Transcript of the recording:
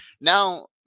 Now